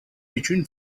between